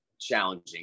challenging